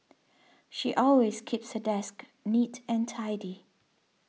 she always keeps her desk neat and tidy